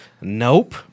nope